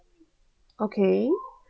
okay